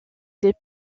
des